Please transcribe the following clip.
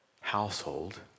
household